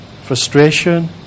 frustration